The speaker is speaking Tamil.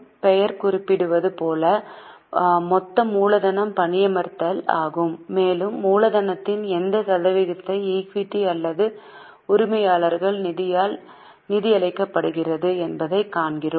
பெயர் குறிப்பிடுவது போல மொத்த மூலதனம் பணியமர்த்தல் ஆகும் மேலும் மூலதனத்தின் எந்த சதவீதத்தை ஈக்விட்டி அல்லது உரிமையாளர்கள் நிதியால் நிதியளிக்கப்படுகிறது என்பதைக் காண்கிறோம்